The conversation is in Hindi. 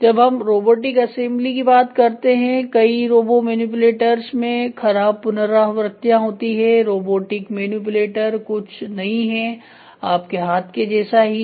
जब हम रोबोटिक असेंबली की बात करते हैं कई रोबो मैनिपुलेटर्स में खराब पुनरावृत्तियां होती है रोबोमैटिक मैनिपुलेटर कुछ नहीं है आपके हाथ के जैसा ही है